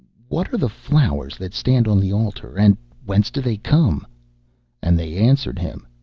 what are the flowers that stand on the altar, and whence do they come and they answered him,